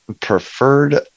preferred